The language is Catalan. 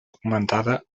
augmentada